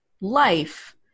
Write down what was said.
life